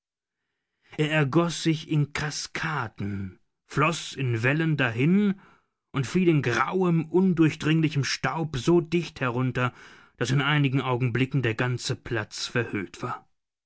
ergoß sich in kaskaden floß in wellen dahin und fiel in grauem undurchdringlichem staub so dicht herunter daß in einigen augenblicken der ganze platz verhüllt war